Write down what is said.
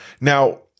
Now